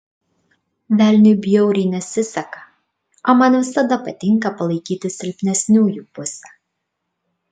velniui bjauriai nesiseka o man visada patinka palaikyti silpnesniųjų pusę